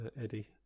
eddie